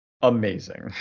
amazing